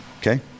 Okay